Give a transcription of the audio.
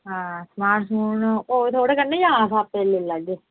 समान समून होग थोह्ड़े कन्नै जां अस आपे लेई लैगे